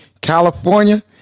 California